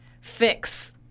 fix